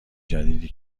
جدیدی